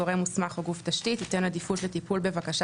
גורם מוסמך או גוף תשתית ייתן עדיפות לטיפול בבקשה